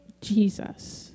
Jesus